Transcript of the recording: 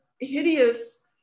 hideous